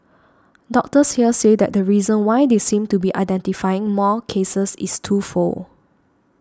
doctors here say that the reason why they seem to be identifying more cases is twofold